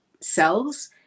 cells